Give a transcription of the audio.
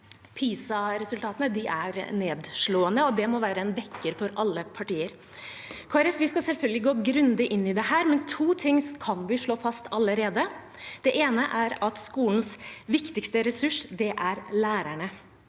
PISA-re- sultatene er nedslående, og det må være en vekker for alle partier. Kristelig Folkeparti skal selvfølgelig gå grundig inn i dette, men to ting kan vi slå fast allerede: Det ene er at skolens viktigste ressurs er lærerne.